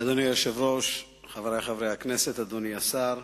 אדוני היושב-ראש, חברי חברי הכנסת, אדוני השר,